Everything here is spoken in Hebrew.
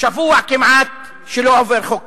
שבוע כמעט שלא עובר חוק כזה.